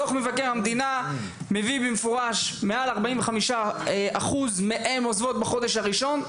דוח מבקר המדינה מביא במפורש: מעל 45% מהן עוזבות בחודש הראשון,